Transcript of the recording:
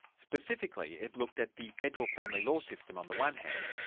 specifically, it looked at the federal family law system on the one hand,